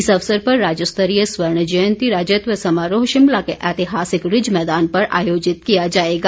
इस अवसर पर राज्यस्तरीय स्वर्ण जयंती राज्यत्व समारोह शिमला के ऐतिहासिक रिज मैदान पर आयोजित किया जाएगा